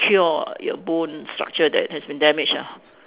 cure your bone structure that has been damaged ah